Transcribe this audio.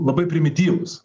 labai primityvus